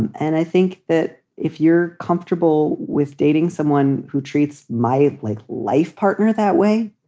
and i think that if you're comfortable with dating someone who treats mightly life partner that way,